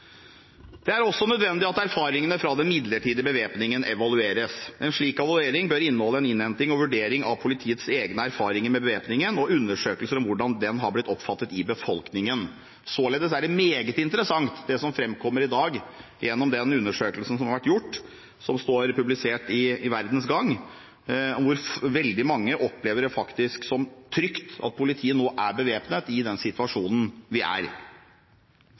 Det er også nødvendig at erfaringene fra den midlertidige bevæpningen evalueres. En slik evaluering bør inneholde en innhenting og vurdering av politiets egne erfaringer med bevæpningen og undersøkelser om hvordan den har blitt oppfattet i befolkningen. Således er det meget interessant det som framkommer i dag gjennom den undersøkelsen som har vært gjort, og som er publisert i Verdens Gang, hvor veldig mange faktisk gir uttrykk for at de opplever det som trygt at politiet nå er bevæpnet i den situasjonen vi er